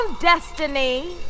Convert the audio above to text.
destiny